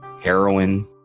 heroin